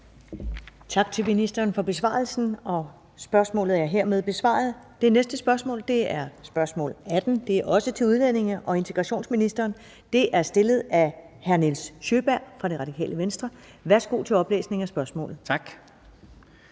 Tak til ministeren for besvarelsen. Spørgsmålet er hermed besvaret. Det næste spørgsmål er spørgsmål 18, og det er også til udlændinge- og integrationsministeren. Det er stillet af hr. Nils Sjøberg fra Det Radikale Venstre. Kl. 14:53 Spm. nr.